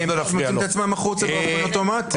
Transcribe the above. כי הם מוצאים את עצמם בחוץ באופן אוטומטי.